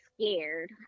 scared